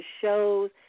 shows